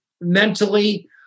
mentally